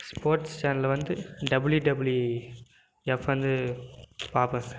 sports சேனலில் வந்து W W F வந்து பார்ப்பேன் சார்